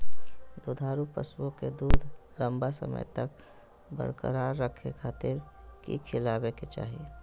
दुधारू पशुओं के दूध लंबा समय तक बरकरार रखे खातिर की खिलावे के चाही?